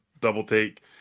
double-take